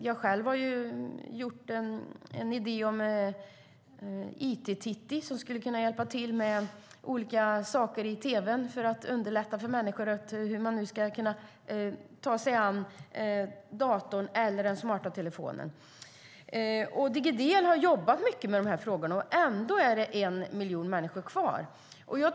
Jag har själv utformat idén om it-Titti, som skulle kunna hjälpa till med olika saker i tv för att underlätta för människor att ta sig an sin dator eller smarta telefon. Digidel har jobbat mycket med dessa frågor, men trots det kvarstår en miljon människor.